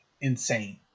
insane